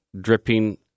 dripping